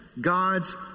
God's